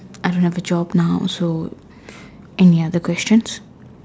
I don't have a job now so any other questions